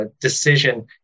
decision